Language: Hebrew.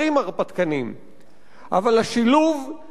אבל השילוב של קיצוניות והרפתקנות,